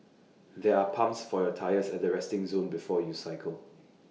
there are pumps for your tyres at the resting zone before you cycle